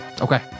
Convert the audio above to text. Okay